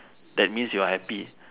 that means you are happy